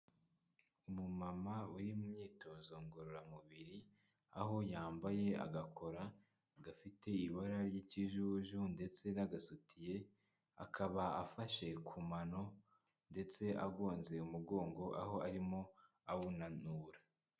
Umumama w'imyitozo ngororamubiri aho yambaye agakora gafite ibara ry'ikijuju ndetse n'agasutiye, akaba afashe ku mano ndetse agonze umugongo aho arimo awunanura.